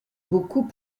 beaucoup